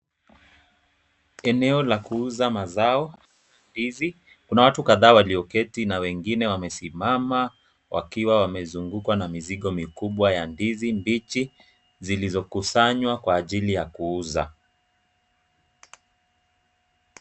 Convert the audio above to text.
Eneo la kuuza mazao, ndizi. Kuna watu kadhaa walioketi na wengine wamesimama wakiwa wamezungukwa na mizigo mikubwa ya ndizi mbichi, zilizokusanywa kwa ajili ya kuuzwa.